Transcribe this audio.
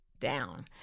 down